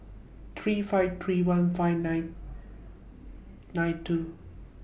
three five three one five nine nine two